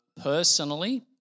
personally